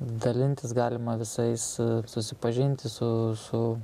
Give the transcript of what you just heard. dalintis galima visais susipažinti su